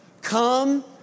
Come